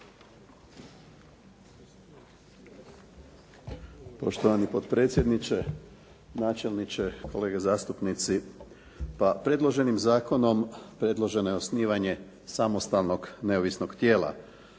Poštovani potpredsjedniče, načelniče, kolege zastupnici. Predloženim zakonom predloženo je osnivanje samostalnog neovisnog tijela